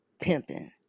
Pimping